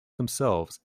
themselves